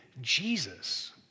Jesus